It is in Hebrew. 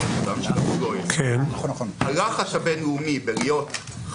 בוודאי אם אפשר להביא מועמד